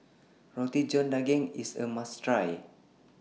Roti John Daging IS A must Try